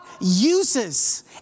uses